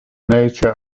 nature